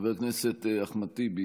חבר הכנסת אחמד טיבי,